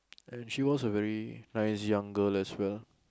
and she was a very nice young girl as well